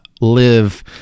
live